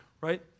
right